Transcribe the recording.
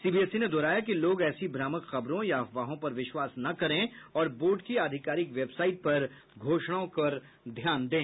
CBSE ने दोहराया कि लोग ऐसी भ्रामक खबरों या अफवाहों पर विश्वास न करें और बोर्ड की आधिकारिक वेबसाइट पर घोषणाओं पर ध्यान दें